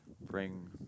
bring